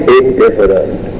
indifferent